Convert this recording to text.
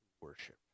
Worship